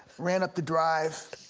ran up the drive,